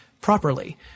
properly